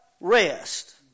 Rest